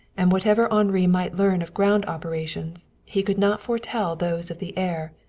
and whatever henri might learn of ground operations, he could not foretell those of the air.